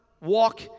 walk